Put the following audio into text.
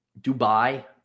Dubai